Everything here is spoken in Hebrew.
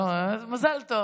לא, אז מזל טוב.